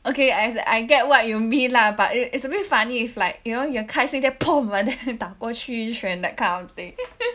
okay I I get what you will mean lah but it it's a bit funny if like you're 开心 then like that then 打过去一拳 that kind of thing